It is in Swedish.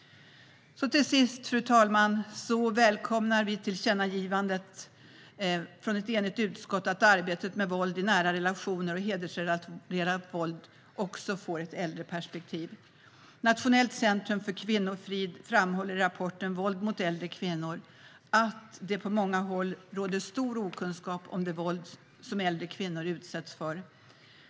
Till sist, fru talman, välkomnar vi tillkännagivandet från ett enigt utskott att arbetet mot våld i nära relationer och hedersrelaterat våld också får ett äldreperspektiv. Nationellt centrum för kvinnofrid framhåller i rapporten Våld mot äldre kvinnor att det på många håll råder stor okunskap om det våld som äldre kvinnor utsätts för.